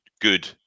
good